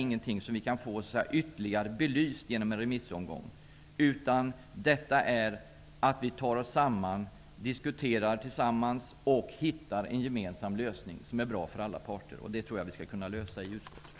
Denna fråga kan inte ytterligare belysas genom en remissomgång. Det gäller att vi tar oss samman och tillsammans diskuterar för att hitta en gemensam lösning som är bra för alla parter. Det tror jag att vi skall kunna göra i utskottet.